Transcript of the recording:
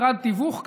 משרד תיווך כזה,